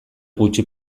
gutxi